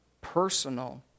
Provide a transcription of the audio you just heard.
personal